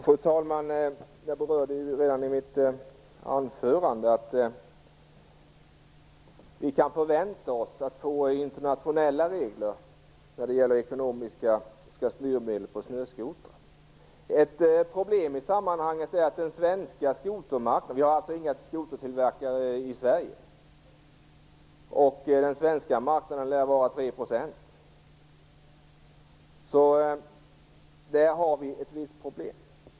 Fru talman! Jag berörde ju redan i mitt anförande att vi kan förvänta oss att få internationella regler för ekonomiska styrmedel när det gäller snöskotrar. Det finns inga skotertillverkare i Sverige, och den svenska marknaden lär vara tre procent, så där har vi ett visst problem.